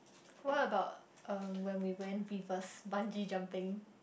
what about uh when we went reverse bungee jumping